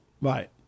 Right